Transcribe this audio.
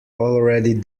already